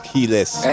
Keyless